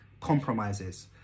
compromises